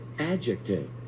Adjective